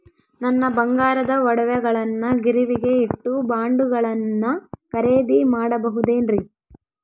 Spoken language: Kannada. ನನ್ನ ಬಂಗಾರದ ಒಡವೆಗಳನ್ನ ಗಿರಿವಿಗೆ ಇಟ್ಟು ಬಾಂಡುಗಳನ್ನ ಖರೇದಿ ಮಾಡಬಹುದೇನ್ರಿ?